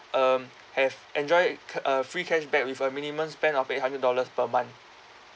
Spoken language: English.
um have enjoy a free cashback with a minimum spend of a hundred dollars per month